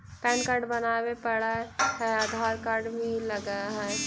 Pan card बनावे पडय है आधार कार्ड भी लगहै?